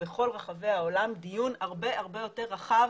בכל רחבי העולם דיון הרבה הרבה יותר רחב